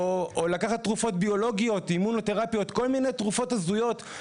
או לקחת תרופות ביולוגיות או אימונותרפיות; כל מיני תרופות הזויות.